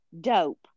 dope